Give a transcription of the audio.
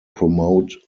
promote